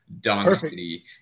donkey